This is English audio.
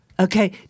Okay